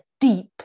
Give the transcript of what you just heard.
deep